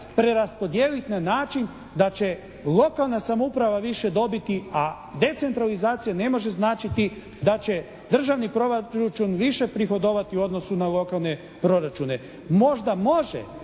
preraspodijeliti na način da će lokalna samouprava više dobiti, a decentralizacija ne može značiti da će državni proračun više prihodovati u odnosu na lokalne proračune. Možda može,